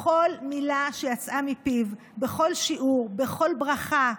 בכל מילה שיצאה מפיו, בכל שיעור, בכל ברכה,